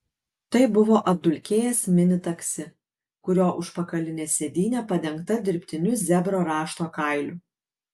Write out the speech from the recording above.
tai buvo apdulkėjęs mini taksi kurio užpakalinė sėdynė padengta dirbtiniu zebro rašto kailiu